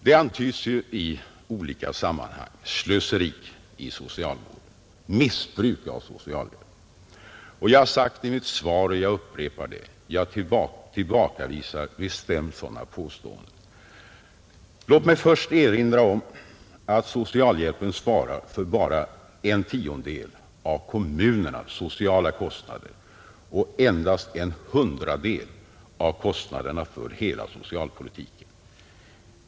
Det antyds i olika sammanhang slöseri inom socialvården och missbruk av socialvården. Jag har sagt i mitt svar och upprepar det: Jag tillbakavisar bestämt sådana påståenden. Låt mig först erinra om att socialhjälpen svarar för bara en tiondel av kommunernas sociala kostnader och för endast en hundradel av kostnaderna för hela socialpolitiken.